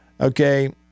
Okay